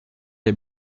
est